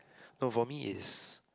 no for me is